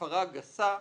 הפרסה גסה,